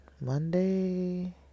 Monday